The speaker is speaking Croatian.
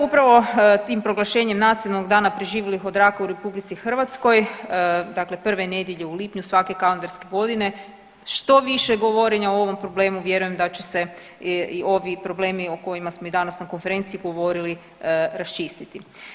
Upravo tim proglašenjem nacionalnog dana preživjelih od raka u RH dakle prve nedjelje u lipnju svake kalendarske godine što više govorenja o ovom problemu vjerujem da će se i ovi problemi o kojima smo i danas na konferenciji govorili raščistiti.